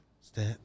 step